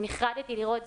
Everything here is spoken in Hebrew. נחרדתי לראות,